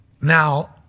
Now